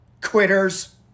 quitters